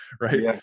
right